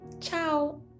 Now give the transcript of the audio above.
Ciao